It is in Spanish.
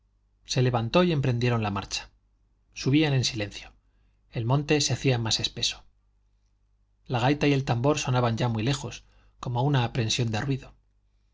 se levantó y emprendieron la marcha subían en silencio el monte se hacía más espeso la gaita y el tambor sonaban ya muy lejos como una aprensión de ruido